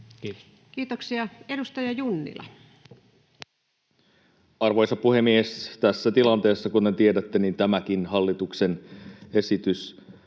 Kiitoksia. — Edustaja Junnila. Arvoisa puhemies! Tässä tilanteessa, kuten tiedätte, tämäkin hallituksen esitys